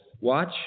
Watch